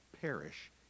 perish